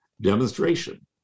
demonstration